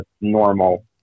normal